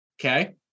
okay